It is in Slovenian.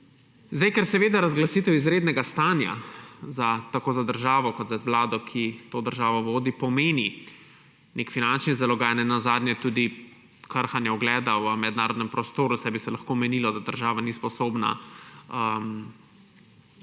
državo. Ker seveda razglasitev izrednega stanja tako za državo kot za vlado, ki to državo vodi, pomeni nek finančni zalogaj, nenazadnje tudi krhanje ugleda v mednarodnem prostoru, saj bi se lahko menilo, da država ni sposobna nekega